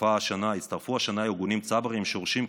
הצטרפו השנה ארגונים צבריים שורשיים,